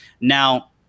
Now